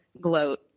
gloat